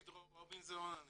ד"ר רובינסון.